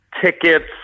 tickets